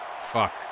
Fuck